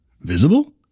visible